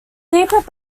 deeper